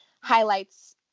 highlights